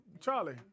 Charlie